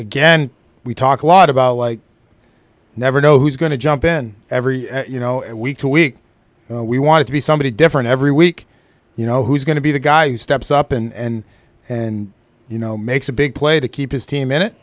again we talk a lot about like never know who's going to jump in every you know week to week we wanted to be somebody different every week you know who's going to be the guy who steps up and and you know makes a big play to keep his team in it